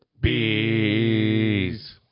Bees